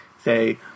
say